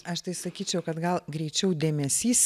aš tai sakyčiau kad gal greičiau dėmesys